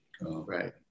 Right